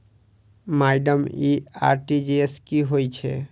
Madam इ RTGS की होइ छैय?